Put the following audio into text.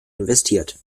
investiert